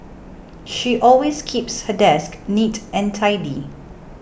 she always keeps her desk neat and tidy